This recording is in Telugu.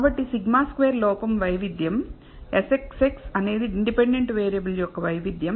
కాబట్టి σ2 లోపం వైవిధ్యం Sxx అనేది ఇండిపెండెంట్ వేరియబుల్ యొక్క వైవిధ్యం